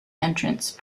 entrance